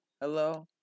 Hello